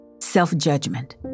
self-judgment